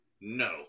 No